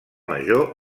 major